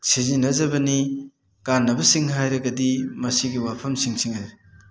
ꯁꯤꯖꯤꯟꯅꯖꯕꯅꯤ ꯀꯥꯟꯅꯕꯁꯤꯡ ꯍꯥꯏꯔꯒꯗꯤ ꯃꯁꯤꯒꯤ ꯋꯥꯐꯝꯁꯤꯡꯁꯤ ꯉꯥꯏꯔꯦ